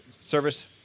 service